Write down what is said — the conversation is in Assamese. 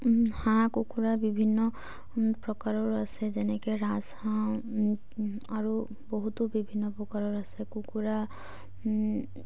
হাঁহ কুকুৰা বিভিন্ন প্ৰকাৰৰো আছে যেনেকৈ ৰাজহাঁহ আৰু বহুতো বিভিন্ন প্ৰকাৰৰ আছে কুকুৰা